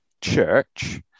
church